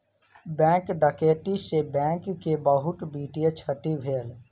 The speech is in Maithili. बैंक डकैती से बैंक के बहुत वित्तीय क्षति भेल